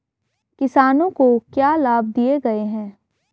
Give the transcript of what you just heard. किसानों को क्या लाभ दिए गए हैं?